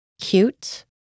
Cute